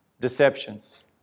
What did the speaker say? deceptions